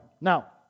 Now